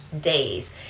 days